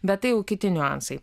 bet tai jau kiti niuansai